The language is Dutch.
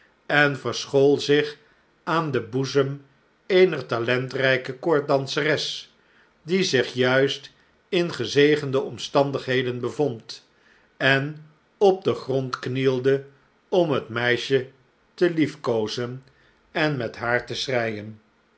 en verschool zich aan den boezem eener talentrijke koorddanseres die zich juist in gezegende omstandigheden bevond en op den grondknielde om het meisje te liefkoozen en met haar te